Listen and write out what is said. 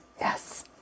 Yes